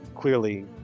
clearly